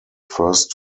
first